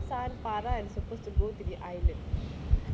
sun farah were supposed to go to the island